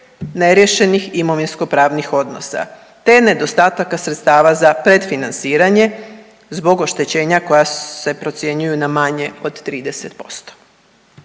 neriješenih imovinsko-pravnih odnosa te nedostatka sredstava za predfinanciranje zbog oštećenja koja se procjenjuju na manje od 30%.